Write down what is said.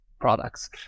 products